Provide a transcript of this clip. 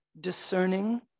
discerning